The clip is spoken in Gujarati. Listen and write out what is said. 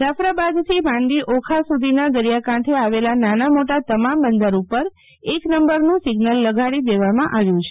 જાફરાબાદથી માંડી ઓખા સુધીના દરિયા કાંઠે આવેલા નાના મોટા તમામ બંદર ઉપર એક નંબરનું સિઝ્નલ લગાવી દેવામાં આવ્યું છે